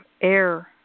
AIR